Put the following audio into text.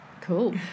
cool